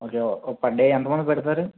ఒకా పర్డే ఎంతమందికి పెడతారు